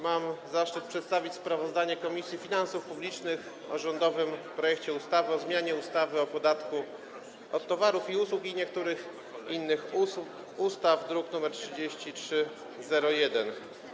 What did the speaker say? Mam zaszczyt przedstawić sprawozdanie Komisji Finansów Publicznych o rządowym projekcie ustawy o zmianie ustawy o podatku od towarów i usług oraz niektórych innych ustaw, druk nr 3301.